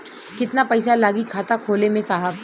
कितना पइसा लागि खाता खोले में साहब?